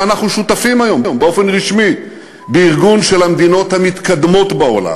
אנחנו שותפים היום באופן רשמי בארגון של המדינות המתקדמות בעולם.